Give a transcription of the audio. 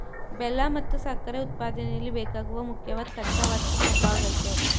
ಬೆಲ್ಲ ಮತ್ತು ಸಕ್ಕರೆ ಉತ್ಪಾದನೆಯಲ್ಲಿ ಬೇಕಾಗುವ ಮುಖ್ಯವಾದ್ ಕಚ್ಚಾ ವಸ್ತು ಕಬ್ಬಾಗಯ್ತೆ